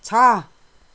छ